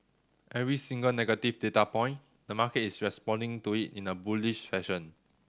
every single negative data point the market is responding to it in a bullish fashion